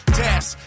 test